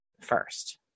first